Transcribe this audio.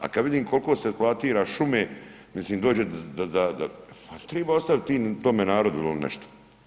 A kada vidim koliko se eksploatira šume, mislim dođe da, ali treba ostaviti tome narodu nešto.